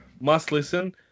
must-listen